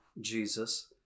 Jesus